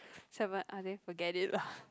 seven I think forget it lah